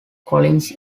collins